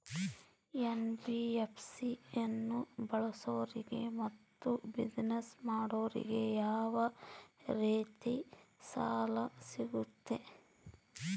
NBFC ಅನ್ನು ಬಳಸೋರಿಗೆ ಮತ್ತೆ ಬಿಸಿನೆಸ್ ಮಾಡೋರಿಗೆ ಯಾವ ರೇತಿ ಸಾಲ ಸಿಗುತ್ತೆ?